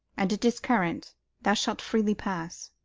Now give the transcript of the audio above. and it is current thou shalt freely pass.